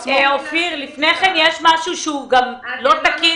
לפני כן, יש משהו שהוא לא תקין.